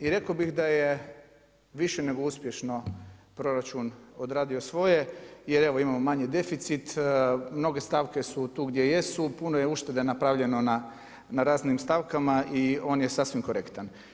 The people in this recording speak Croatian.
I rekao bih da je više nego uspješno proračun odradio svoje, jer imamo manje deficit, mnoge stavke su tu gdje jesu, puno je uštede napravljeno na raznim stavkama i on je sasvim korektan.